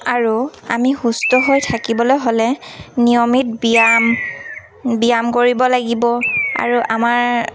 আৰু আমি সুস্থ হৈ থাকিবলৈ হ'লে নিয়মিত ব্যায়াম ব্যায়াম কৰিব লাগিব আৰু আমাৰ